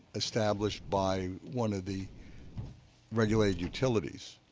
established by one of the regulated utilities,